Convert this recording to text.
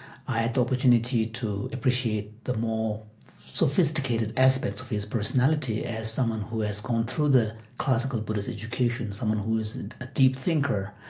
i had the opportunity to appreciate the more sophisticated aspects of his personality as someone who has gone through the classical buddhist education, someone who is a deep thinker,